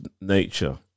nature